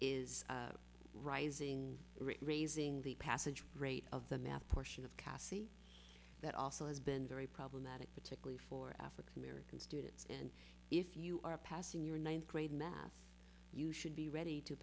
is rising raising the passage rate of the math portion of cassie that also has been very problematic particularly for african american students and if you are passing your ninth grade in math you should be ready to